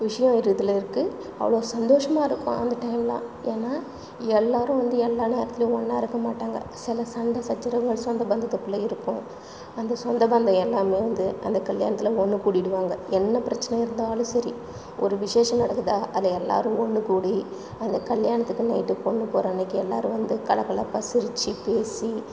விஷயோம் இதில் இருக்கு அவ்வளோ சந்தோஷமாக இருக்கும் அந்த டைம்லாம் ஏன்னா எல்லாரும் வந்து எல்லா நேரத்திலையும் ஒன்னாக இருக்கமாட்டாங்க சில சண்டை சச்சரவுகள் சொந்தபந்தத்துக்குள்ளே இருக்கும் அந்த சொந்தபந்தம் எல்லாமே வந்து அந்த கல்யாணத்தில் ஒன்றுக்கூடிடுவாங்க என்ன பிரச்சனை இருந்தாலும் சரி ஒரு விசேஷம் நடக்குதா அதில் எல்லாரும் ஒன்றுக்கூடி அந்த கல்யாணத்துக்கு நைட்டு பொண்ணு போகற அன்னைக்கு எல்லாரும் வந்து கலகலப்பாக சிரிச்சிப் பேசி